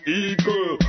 eagle